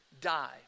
die